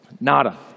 nada